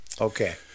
Okay